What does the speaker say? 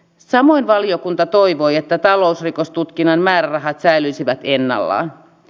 l samoin valiokunta toivoi että talousrikostutkinnan määrärahat säilyisivät ennallaan h